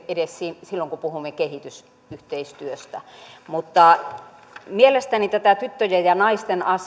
edes silloin kun puhumme kehitysyhteistyöstä mielestäni tyttöjen ja naisten